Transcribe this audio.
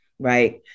Right